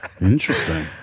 Interesting